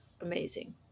amazing